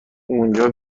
اینجا